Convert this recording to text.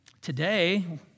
Today